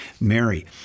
Mary